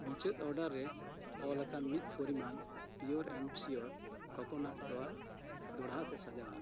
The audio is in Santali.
ᱢᱩᱪᱟᱹᱫ ᱚᱰᱟᱨ ᱨᱮ ᱚᱞᱟᱠᱟᱱ ᱢᱤᱫ ᱯᱚᱨᱤᱢᱟᱱ pure and sure coconut flower ᱫᱚᱲᱦᱟᱛᱮ ᱥᱟᱡᱟᱣ ᱢᱮ